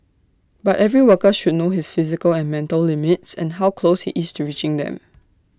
but every worker should know his physical and mental limits and how close he is to reaching them